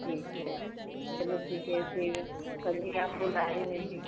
ठीक है चलो ठीक है फिर कभी आप बुलाई नहीं